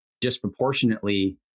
disproportionately